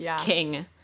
king